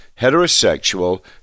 heterosexual